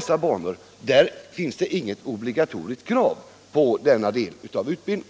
sådana banor inte finns är det heller inte något obligatoriskt krav på ett sådant moment i körkortsutbildningen.